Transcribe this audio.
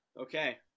Okay